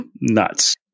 nuts